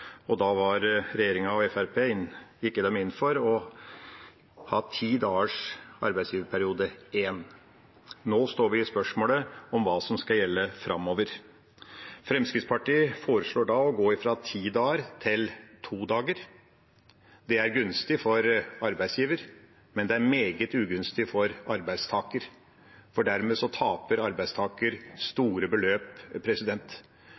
Da gikk regjeringen og Fremskrittspartiet inn for å ha ti dagers arbeidsgiverperiode igjen. Nå står vi i spørsmålet om hva som skal gjelde framover. Fremskrittspartiet foreslår å gå fra ti dager til to dager. Det er gunstig for arbeidsgiver, men det er meget ugunstig for arbeidstaker. Dermed taper arbeidstaker